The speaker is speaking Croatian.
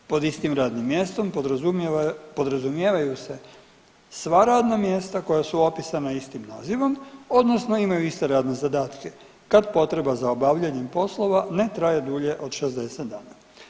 Pod istim radnim mjestom podrazumijevaju se sva radna mjesta koja su opisana istim nazivom odnosno imaju iste radne zadatke kad potreba za obavljanjem poslova ne traje dulje od 60 dana.